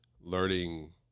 learning